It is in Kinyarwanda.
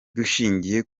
dushingiye